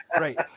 Right